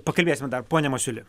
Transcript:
pakalbėsim dar pone masiuli